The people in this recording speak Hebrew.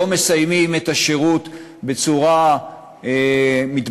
לא מסיימים את השירות בצורה מתבקשת.